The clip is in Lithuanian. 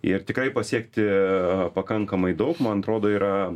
ir tikrai pasiekti pakankamai daug man atrodo yra